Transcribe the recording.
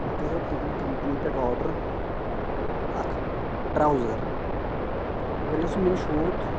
مےٚ کَریو تُہٕنٛدِ کَمپٔنی پیٚٹھ آرڈَر اَکھ ٹرٛاوزَر مگر ییٚلہِ سُہ مےٚ نِش ووت